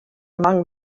among